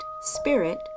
spirit